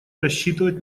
рассчитывать